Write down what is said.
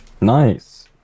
Nice